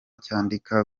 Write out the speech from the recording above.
cyandika